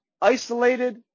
isolated